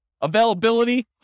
Availability